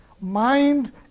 Mind